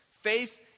Faith